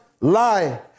lie